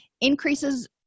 increases